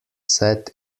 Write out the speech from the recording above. set